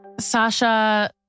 Sasha